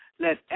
Let